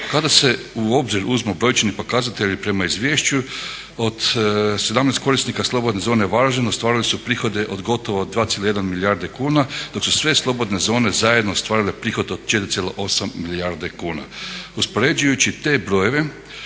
Kada se u obzir uzmu brojčani pokazatelji prema izvješću od 17 korisnika slobodne zone Varaždin ostvarili su prihode od gotovo 2,1 milijarde kuna, dok su sve slobodne zone zajedno ostvarile prihod od 4,8 milijarde kuna. Uspoređujući te brojeve,